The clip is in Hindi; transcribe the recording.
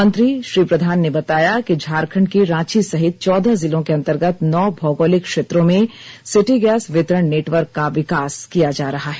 मंत्री श्री प्रधान ने बताया कि झारखंड के रांची सहित चौदह जिलों के अंतर्गत नौ भौगोलिक क्षेत्रों में सिटी गैस वितरण नेटवर्क का विकास किया जा रहा है